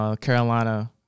Carolina